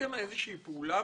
עשיתם איזו שהיא פעולה?